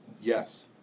Yes